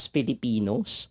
Filipinos